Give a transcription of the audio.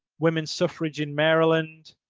women's suffrage in maryland,